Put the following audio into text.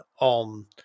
on